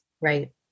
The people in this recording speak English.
Right